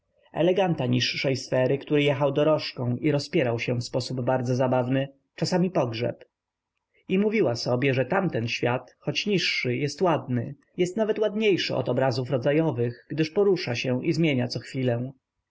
eleganta niższej sfery który jechał dorożką i rozpierał się w sposób bardzo zabawny czasem pogrzeb i mówiła sobie że tamten świat choć niższy jest ładny jest nawet ładniejszy od obrazów rodzajowych gdyż porusza się i zmienia cochwilę